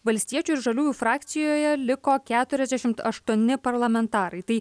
valstiečių ir žaliųjų frakcijoje liko keturiasdešimt aštuoni parlamentarai tai